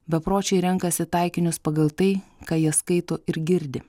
bepročiai renkasi taikinius pagal tai ką jie skaito ir girdi